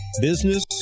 business